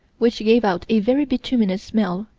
which gave out a very bituminous smell.